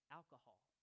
alcohol